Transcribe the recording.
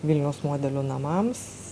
vilniaus modelių namams